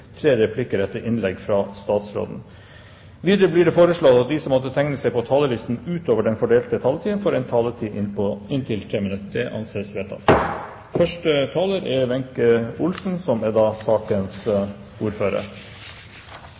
tre replikker med svar etter innlegget fra statsråden innenfor den fordelte taletid. Videre blir det foreslått at de som måtte tegne seg på talerlisten utover den fordelte taletid, får en taletid på inntil 3 minutter. – Det anses vedtatt. Det er en glad dag i dag – ikke minst for USA, som